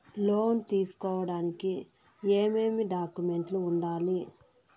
లోను తీసుకోడానికి ఏమేమి డాక్యుమెంట్లు ఉండాలి